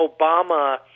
Obama